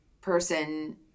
person